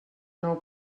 nou